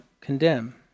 condemn